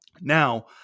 Now